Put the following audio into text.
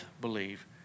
believe